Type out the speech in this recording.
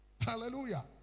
Hallelujah